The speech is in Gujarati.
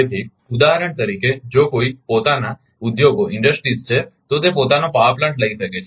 તેથી ઉદાહરણ તરીકે જો કોઈના પોતાના ઉદ્યોગો છે તો તે પોતાનો પાવર પ્લાન્ટ લઈ શકે છે